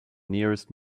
nearest